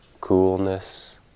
coolness